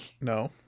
No